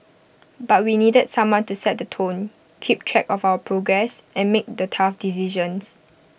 but we needed someone to set the tone keep track of our progress and make the tough decisions